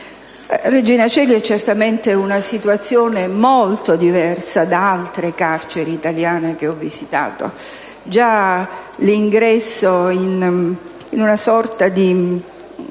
che rappresenta una situazione molto diversa da altre carceri italiane che ho visitato. Già l'ingresso in una sorta di